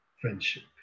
Friendship